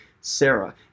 Sarah